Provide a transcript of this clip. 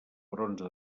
bronze